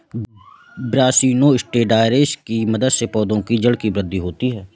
brassinosteroids की मदद से पौधों की जड़ की वृद्धि होती है